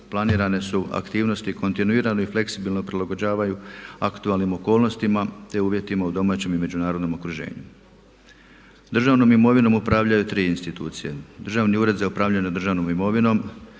Planirane su aktivnosti, kontinuirano i fleksibilno prilagođavaju aktualnim okolnostima te uvjetima u domaćem i međunarodnom okruženju. Državnom imovinom upravljaju tri institucije, Državni ured za upravljanje državnom imovinom,